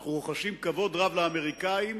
"אנחנו רוחשים כבוד רב לאמריקנים,